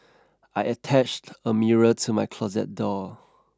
I attached a mirror to my closet door